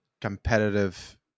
competitive